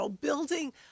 building